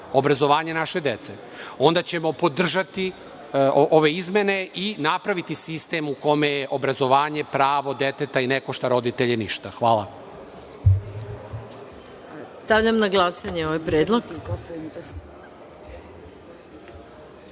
obrazovanje naše dece, onda ćemo podržati ove izmene i napraviti sistem u kome je obrazovanje pravo i deteta ne košta roditelje ništa. Hvala.